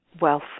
wealth